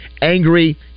angry